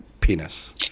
penis